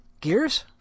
Gears